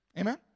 Amen